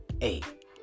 eight